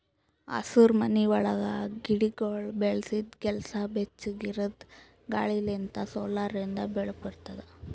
ಹಸಿರುಮನಿ ಒಳಗ್ ಗಿಡಗೊಳ್ ಬೆಳಸದ್ ಕೆಲಸ ಬೆಚ್ಚುಗ್ ಇರದ್ ಗಾಳಿ ಲಿಂತ್ ಸೋಲಾರಿಂದು ಬೆಳಕ ಬರ್ತುದ